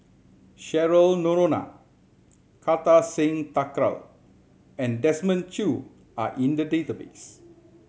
Cheryl Noronha Kartar Singh Thakral and Desmond Choo are in the database